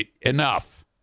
enough